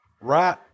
right